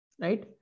Right